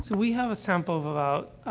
so we have a sample of about,